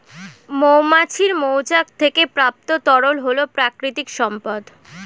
মৌমাছির মৌচাক থেকে প্রাপ্ত তরল হল প্রাকৃতিক সম্পদ